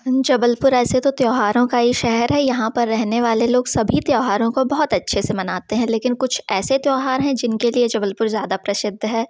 जबलपुर ऐसे तो त्यौहारों का ही शहर है यहाँ पर रहने वाले लोग सभी त्यौहारों को बहुत अच्छे से मनाते हैं लेकिन कुछ ऐसे त्यौहार हैं जिनके लिए जबलपुर ज़्यादा प्रसिद्ध है